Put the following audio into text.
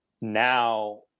now